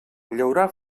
llaurar